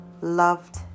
loved